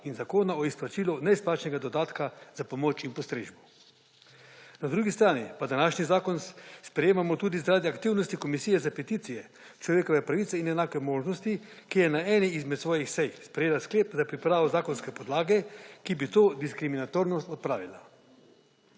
in Zakona o izplačilu neizplačanega dodatka za pomoč in postrežbo. Na drugi strani pa današnji zakon sprejemamo tudi zaradi aktivnosti Komisije za peticije, človekove pravice in enake možnosti, ki je na eni izmed svojih sej sprejela sklep za pripravo zakonske podlage, ki bi to diskriminatornost odpravila.